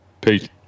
Peace